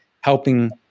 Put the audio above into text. helping